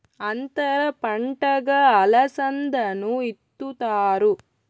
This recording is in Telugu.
అంతర పంటగా అలసందను ఇత్తుతారు